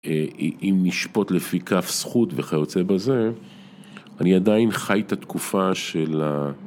אם נשפוט לפי כף זכות וכיוצא בזה, אני עדיין חי את התקופה של ה...